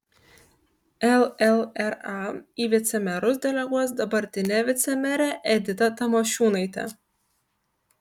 llra į vicemerus deleguos dabartinę vicemerę editą tamošiūnaitę